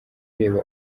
ureba